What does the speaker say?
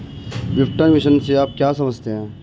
विपणन मिश्रण से आप क्या समझते हैं?